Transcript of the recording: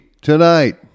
tonight